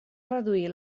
reduir